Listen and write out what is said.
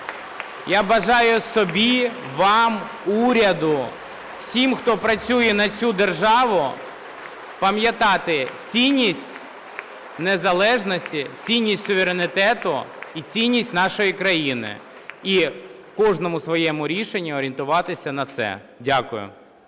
Я бажаю собі, вам, уряду, всім, хто працює на цю державу, пам'ятати цінність незалежності, цінність суверенітету і цінність нашої країни і в кожному своєму рішенні орієнтуватися на це. Дякую.